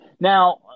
Now